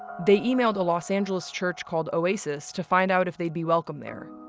they emailed a los angeles church called oasis to find out if they'd be welcome there,